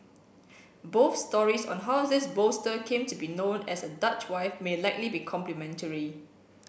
both stories on how this bolster came to be known as a Dutch wife may likely be complementary